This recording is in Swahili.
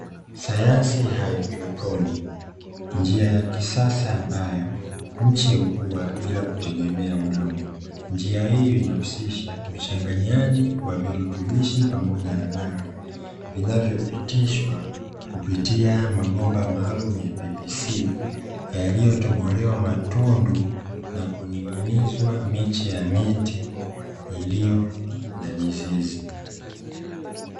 Sayansi ya haidroponi njia ya kisasa ambayo miche hukua bila kutegemea udongo, njia hii inahusisha uchanganyaji wa virutubishi pamoja na maji, yaliyopitishwa kupitia mabomba maalumu ya "PVC" yaliyotobolewa matundu na kuning'inizwa mechi ya miti iliyo na mizizi.